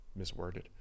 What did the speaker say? Misworded